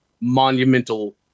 monumental